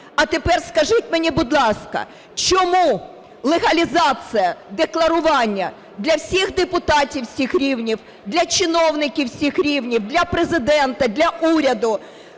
А тепер скажіть мені, будь ласка, чому легалізація декларування для всіх депутатів всіх рівнів, для чиновників всіх рівнів, для Президента, для уряду